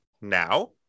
now